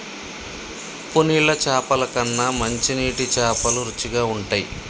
ఉప్పు నీళ్ల చాపల కన్నా మంచి నీటి చాపలు రుచిగ ఉంటయ్